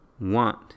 want